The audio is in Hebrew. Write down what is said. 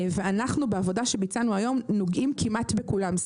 בעבודה שביצענו היום אנחנו נוגעים כמעט בכולם.